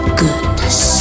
goodness